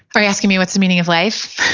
are you asking me what's the meaning of life?